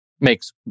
makes